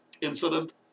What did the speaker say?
incident